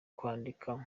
kwandika